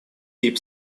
hip